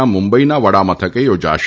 ના મુંબઇના વડામથકે યોજાશે